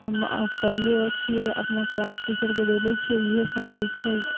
हम कएलो छिए अपना क्लास टीचरके देले छिए इएहसब होइ छै